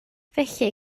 felly